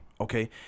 Okay